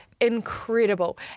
incredible